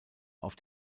auf